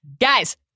Guys